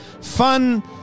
fun